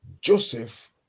Joseph